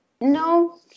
no